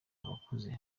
abakuze